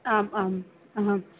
आम् आम् अहं